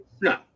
No